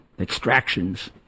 extractions